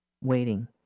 waiting